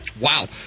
Wow